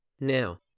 Now